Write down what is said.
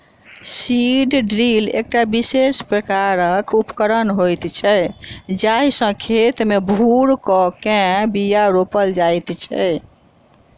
seed drill एकटा विशेष प्रकारक उपकरण होइत छै जाहि सॅ खेत मे भूर क के बीया रोपल जाइत छै